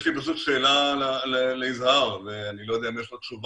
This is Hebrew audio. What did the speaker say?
יש לי שאלה ליזהר, אני לא יודע אם יש לו תשובה.